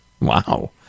Wow